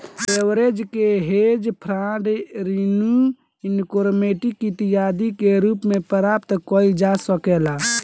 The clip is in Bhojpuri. लेवरेज के हेज फंड रिन्यू इंक्रीजमेंट आदि के रूप में प्राप्त कईल जा सकेला